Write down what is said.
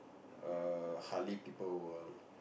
err hardly people will